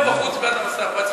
הוא צופה פה בחוץ בעד המסך.